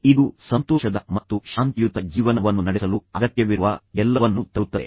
ಆದ್ದರಿಂದ ಇದು ನಿಮಗೆ ಅತ್ಯಂತ ಸಂತೋಷದ ಮತ್ತು ಶಾಂತಿಯುತ ಜೀವನವನ್ನು ನಡೆಸಲು ಅಗತ್ಯವಿರುವ ಎಲ್ಲವನ್ನೂ ತರುತ್ತದೆ